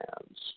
hands